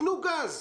תנו גז.